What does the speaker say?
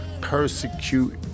persecute